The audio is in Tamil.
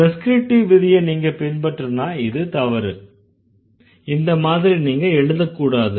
ப்ரிஸ்க்ரிப்டிவ் விதிய நீங்க பின்பற்றுனா இது தவறு இந்த மாதிரி நீங்க எழுதக்கூடாது